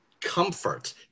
Comfort